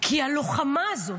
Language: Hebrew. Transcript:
כי הלוחמה הזאת,